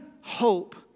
hope